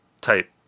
type